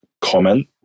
comment